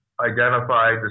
identified